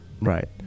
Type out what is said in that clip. right